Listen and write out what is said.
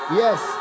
yes